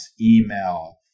email